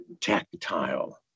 tactile